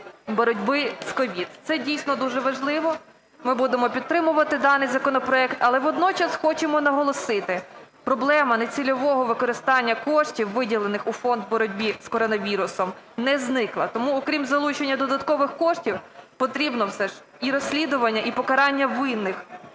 боротьби з COVID. Це дійсно дуже важливо. Ми будемо підтримувати даний законопроект. Але водночас хочемо наголосити: проблема нецільового використання коштів, виділених у фонд боротьби з коронавірусом, не зникла. Тому окрім залучення додаткових коштів потрібно все ж і розслідування, і покарання винних